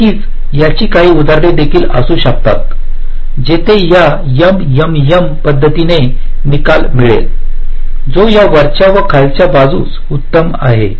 नक्कीच याची काही उदाहरणे देखील असू शकतात जेथे या एमएमएम पद्धतीने निकाल मिळेल जो या वरच्या व खालच्या बाजूस उत्तम आहे